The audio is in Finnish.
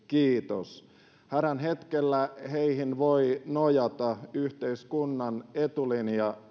kiitos hädän hetkellä heihin voi nojata yhteiskunnan etulinja